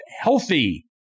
Healthy